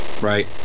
Right